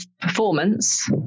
performance